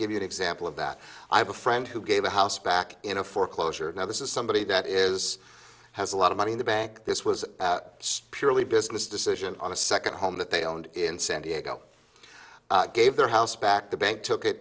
give you an example of that i have a friend who gave a house back in a foreclosure and now this is somebody that is has a lot of money in the bank this was spear lee business decision on a second home that they owned in san diego gave their house back the bank took it